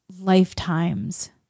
lifetimes